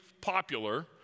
popular